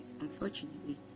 Unfortunately